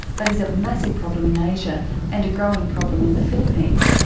but is a massive problem in asia and a growing problem in the philippines,